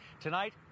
Tonight